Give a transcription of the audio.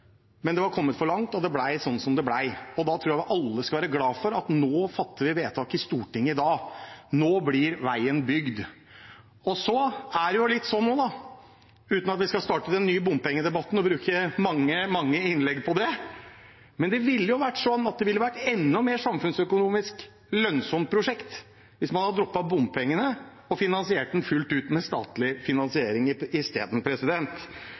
Men den var kommet for langt, og det ble sånn det ble. Da tror jeg vi alle skal være glad for at vi nå fatter vedtak i Stortinget. Nå blir veien bygd. Det er også litt sånn – uten at vi skal starte en ny bompengedebatt og bruke mange, mange innlegg på det – at det ville vært et enda mer samfunnsøkonomisk lønnsomt prosjekt hvis man hadde droppet bompengene og finansiert det fullt ut med statlige midler i